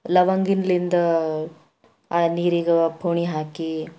ಲವಂಗಿಲ್ಲಿಂದ ಆ ನೀರಿಗೆ ಪೋಣಿ ಹಾಕಿ